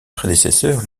prédécesseurs